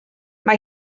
mae